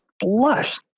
blushed